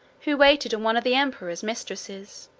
who waited on one of the emperor's mistresses.